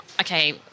okay